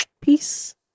peace